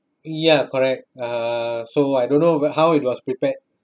ya correct uh so I don't know how it was prepared